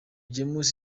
james